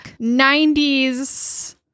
90s